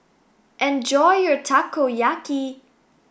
enjoy your Takoyaki